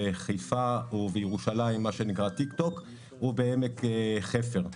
בחיפה ובירושלים מה שנקרא תיק-תק ובעמק חפר.